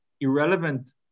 irrelevant